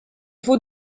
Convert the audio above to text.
faut